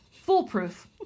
Foolproof